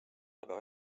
aga